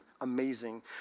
Amazing